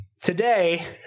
Today